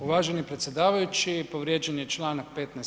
Uvaženi predsjedavajući povrijeđen je članak 15.